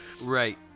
Right